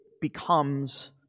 becomes